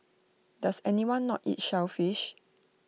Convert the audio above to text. does anyone not eat shellfish